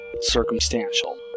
circumstantial